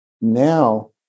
Now